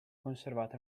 conservata